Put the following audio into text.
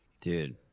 dude